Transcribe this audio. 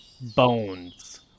bones